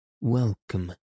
Welcome